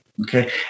okay